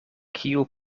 kiu